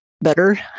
better